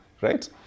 right